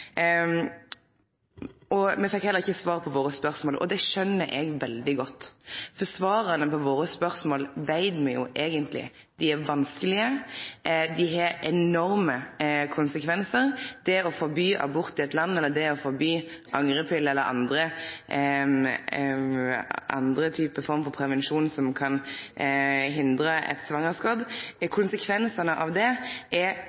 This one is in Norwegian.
levert. Me fekk heller ikkje svar på våre spørsmål, og det skjønner eg veldig godt. For svara på våre spørsmål veit me jo eigentleg: Dei er vanskelege, dei har enorme konsekvensar. Konsekvensane av å forby abort i eit land, eller å forby angrepille eller andre former for prevensjon som kan hindre eit svangerskap, er